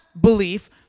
belief